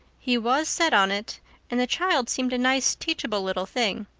he was set on it and the child seemed a nice, teachable little thing.